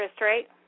right